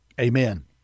Amen